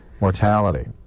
mortality